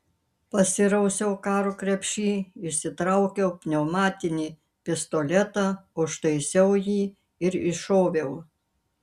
pasirausiau karo krepšy išsitraukiau pneumatinį pistoletą užtaisiau jį ir iššoviau